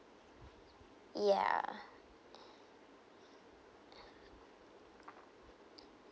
ya